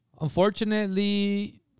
unfortunately